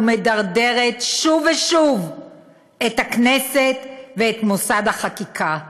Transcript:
מדרדרת שוב ושוב את הכנסת ואת מוסד החקיקה.